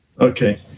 Okay